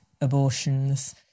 abortions